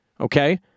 Okay